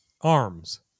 arms